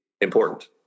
important